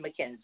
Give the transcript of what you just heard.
McKenzie